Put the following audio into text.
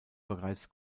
bereits